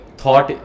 thought